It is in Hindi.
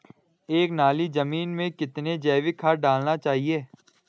एक नाली जमीन में कितना जैविक खाद डालना चाहिए?